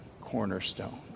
cornerstone